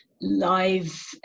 live